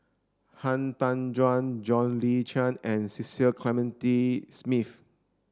Han Tan Juan John Le Cain and Cecil Clementi Smith